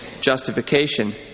justification